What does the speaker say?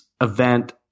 event